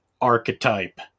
archetype